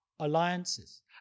Alliances